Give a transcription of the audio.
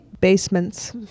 basements